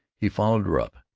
he followed her up,